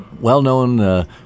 well-known